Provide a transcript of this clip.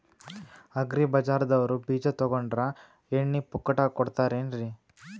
Agri ಬಜಾರದವ್ರು ಬೀಜ ತೊಗೊಂಡ್ರ ಎಣ್ಣಿ ಪುಕ್ಕಟ ಕೋಡತಾರೆನ್ರಿ?